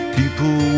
people